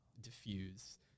diffuse